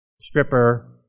stripper